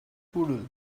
poodle